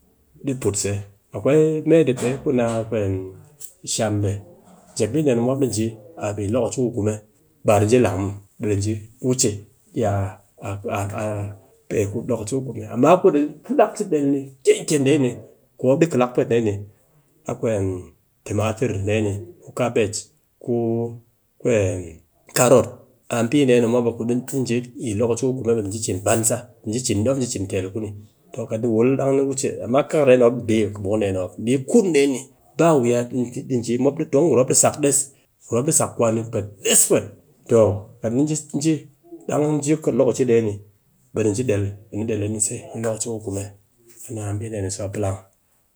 Ɗi put tse, akwai mee ɗi pe ku ni a shambe, jep ni mop di dekem mop ɗi ji a yi lokaci ku kume, ba ɗi ji lang muw, ɓe ɗi wuce yakal a lokaci ku kume, amma ku di kalak ji del dee ni kyen kyen dee ni, ku mop di kalak pwet dee ni, a timatir, dee ni, ku kabage, ku karot, a mbi ɗee ni mop a ku kat mop di ji yi lokaci ku kume ɓe ɗi cin banza, di ji, mop di ji cin tel ku ni. Kat di wul, dang ni wuce, amma kakar dee ni mop ni mop a kɨbukun ɗee mop. Mbi kun dee ni ba wuya ɗi ji, don gurum mop ɗi sak des, gurum mop ɗi sak kwani pwet des pwet. Toh kat ni ji, ji dang ji kɨ lokaci ɗee ni, ɓe di ji del ɓe ni del a ni tse yi lokaci ku kume, a mbi ɗee ni tse, a plang.